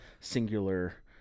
singular